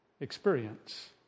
Experience